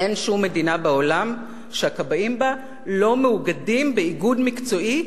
אין שום מדינה בעולם שהכבאים בה לא מאוגדים באיגוד מקצועי.